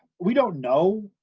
we don't know.